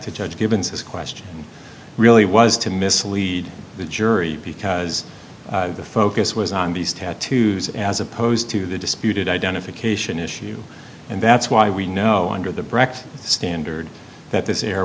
to judge givens is question really was to mislead the jury because the focus was on these tattoos as opposed to the disputed identification issue and that's why we know under the brecht standard that this